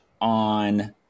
on